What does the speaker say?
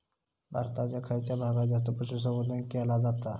भारताच्या खयच्या भागात जास्त पशुसंवर्धन केला जाता?